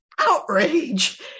outrage